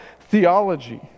theology